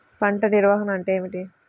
పంట నిర్వాహణ అంటే ఏమిటి?